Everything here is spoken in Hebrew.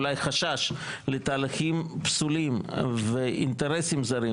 אולי חשש לתהליכים פסולים ואינטרסים זרים,